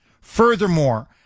Furthermore